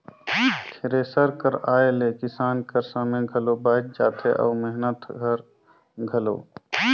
thresher कर आए ले किसान कर समे घलो बाएच जाथे अउ मेहनत हर घलो